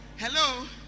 Hello